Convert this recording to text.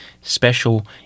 special